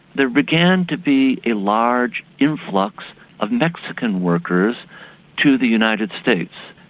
there began to be a large influx of mexican workers to the united states.